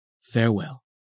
Farewell